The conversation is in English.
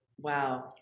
Wow